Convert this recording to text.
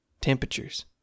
Temperatures